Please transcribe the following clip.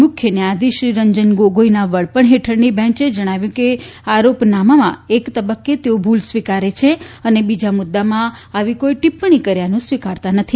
મુખ્ય ન્યાયાધીશશ્રી રંજન ગોગોઇના વડપણ હેઠળની બેન્ચે જણાવ્યું કે આરોપનામામાં એક તબક્કે તેઓ ભૂલ સ્વીકારે છે અને બીજા મુદ્દામાં આવી કોઇ ટીપ્પણી કર્યાનું સ્વીકારતા નથી